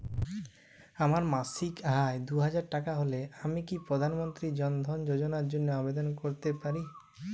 আমার মাসিক আয় দুহাজার টাকা হলে আমি কি প্রধান মন্ত্রী জন ধন যোজনার জন্য আবেদন করতে পারি?